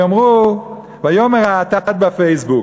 ויאמר האטד בפייסבוק: